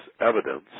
evidence